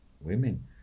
women